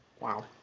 Wow